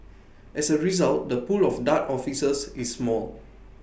as A result the pool of dart officers is small